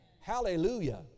Hallelujah